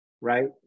right